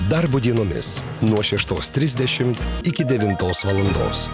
darbo dienomis nuo šeštos trisdešimt iki devintos valandos